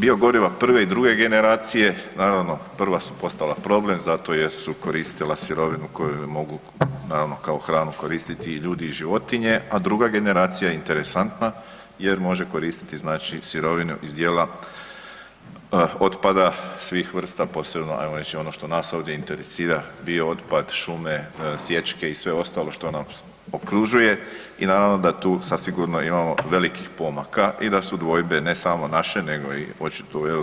Biogoriva prve i druge generacije, naravno prva su postala problem zato jer su koristila sirovinu koju mogu naravno kao hranu koristiti i ljudi i životinje, a druga generacija je interesantna jer može koristiti znači sirovinu iz dijela otpada svih vrsta posebno ajmo reći ono što nas ovdje interesira biootpad šume, sječke i sve ostalo što nas okružuje i naravno da tu zasigurno imamo velikih pomaka i da su dvojbe ne samo naše nego i očito u EU-u,